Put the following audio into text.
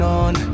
on